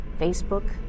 Facebook